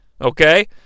Okay